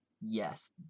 Yes